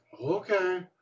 okay